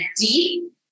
deep